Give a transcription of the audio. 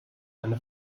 eine